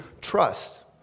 trust